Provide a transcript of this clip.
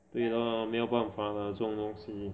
对 lah 没有办法 lah 这种东西